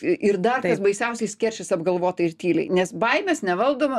ir dar kas baisiausia jis keršis apgalvotai ir tyliai nes baimės nevaldoma